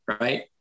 Right